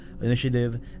initiative